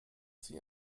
sie